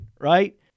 right